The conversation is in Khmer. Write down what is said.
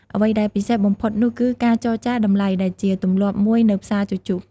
អ្វីដែលពិសេសបំផុតនោះគឺ ការចរចា តម្លៃ ដែលជាទម្លាប់មួយនៅផ្សារជជុះ។